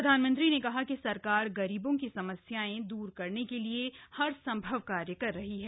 प्रधानमंत्री ने कहा कि सरकार गरीबों की समस्याएं दूर करने के लिए हरसंभव कार्य कर रही है